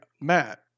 Matt